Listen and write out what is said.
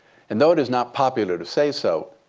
and though it is not popular to say so,